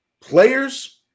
players